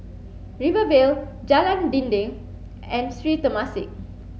Rivervale Jalan Dinding and Sri Temasek